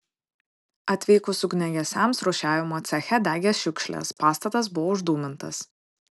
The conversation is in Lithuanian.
atvykus ugniagesiams rūšiavimo ceche degė šiukšlės pastatas buvo uždūmintas